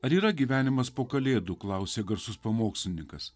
ar yra gyvenimas po kalėdų klausė garsus pamokslininkas